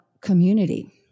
community